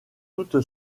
toute